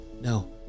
No